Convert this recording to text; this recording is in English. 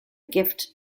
gift